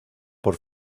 por